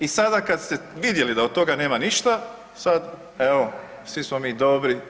I sada kada ste vidjeli da od toga nema ništa, sad evo svi smo mi dobri.